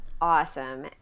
awesome